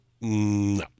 No